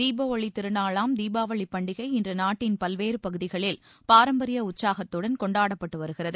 தீப ஒளி திருநாளாம் தீபாவளி பண்டிகை இன்று நாட்டின் பல்வேறு பகுதிகளில் பாரம்பரிய உற்சாகத்துடன் கொண்டாடப்பட்டு வருகிறது